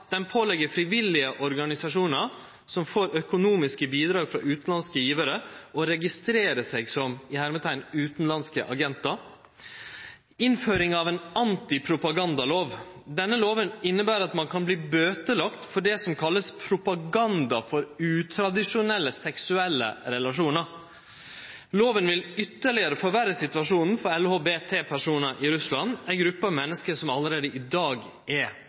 frivillige organisasjonar som får økonomiske bidrag frå utanlandske givarar, å registrere seg som «utanlandske agentar». Innføring av ei antipropagandalov. Denne lova inneber at ein kan verte bøtelagd for det som vert kalla propaganda for utradisjonelle seksuelle relasjonar. Lova vil ytterlegare forverre situasjonen for LHBT-personar i Russland, ei gruppe av menneske som allereie i dag er utsett. Amnesty International, Helsingforskomiteen og ei rekkje andre viktige menneskerettsaktørar er